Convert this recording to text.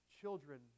children